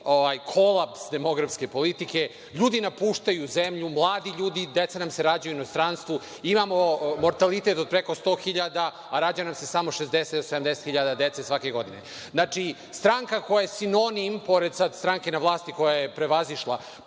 kolaps demografske politike, ljudi napuštaju zemlju, mladi ljudi, deca nam se rađaju u inostranstvu, imamo mortalitet od preko 100 hiljada, a rađa nam se samo 60, 70 hiljada dece svake godine. Stranka koja je sinonim, pored stranke na vlasti koja je prevazišla,